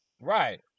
Right